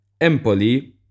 Empoli